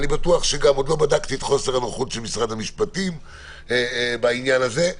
ועוד לא בדקתי את חוסר הנוחות של משרד המשפטים בעניין הזה.